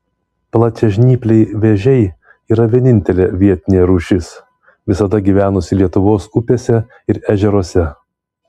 plačiažnypliai vėžiai yra vienintelė vietinė rūšis visada gyvenusi lietuvos upėse ir ežeruose